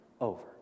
over